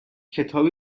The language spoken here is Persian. کتابی